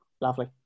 Lovely